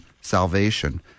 salvation